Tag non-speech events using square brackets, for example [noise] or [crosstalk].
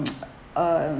[noise] um